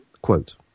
Quote